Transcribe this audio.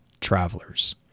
travelers